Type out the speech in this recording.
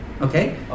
Okay